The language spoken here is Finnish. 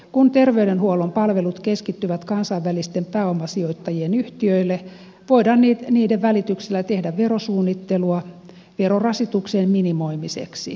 kun terveydenhuollon palvelut keskittyvät kansainvälisten pääomasijoittajien yhtiöille voidaan niiden välityksellä tehdä verosuunnittelua verorasituksen minimoimiseksi